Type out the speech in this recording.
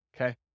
okay